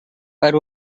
per